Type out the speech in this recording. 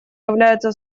являются